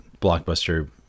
blockbuster